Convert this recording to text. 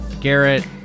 Garrett